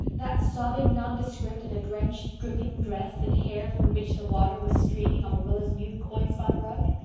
that sobbing nondescript in a drenched, dripping dress and hair from which the water was streaming on marilla's new coin-spot rug?